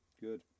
Good